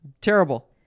Terrible